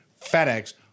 FedEx